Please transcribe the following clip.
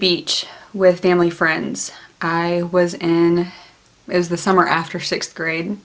beach with family friends i was in as the summer after sixth grade